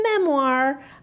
memoir